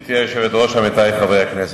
גברתי היושבת-ראש, עמיתי חברי הכנסת,